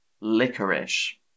licorice